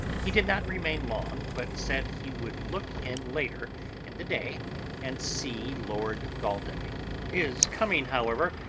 he did not remain long, but said he would look in later in the day and see lord godalming. his coming, however,